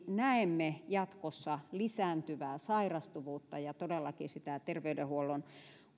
näemme jatkossa lisääntyvää sairastuvuutta ja todellakin sitä terveydenhuollon